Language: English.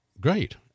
great